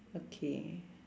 okay